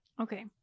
Okay